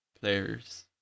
players